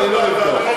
אני לא.